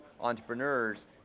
entrepreneurs